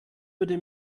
würde